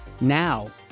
Now